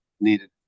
needed